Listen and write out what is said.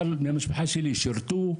אבל מהמשפחה שלי שירתו,